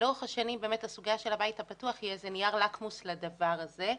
ולאורך השנים הסוגיה של הבית הפתוח היא נייר לקמוס לדבר הזה.